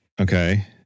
okay